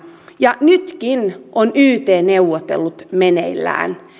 ja nytkin ovat yt neuvottelut meneillään